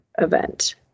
event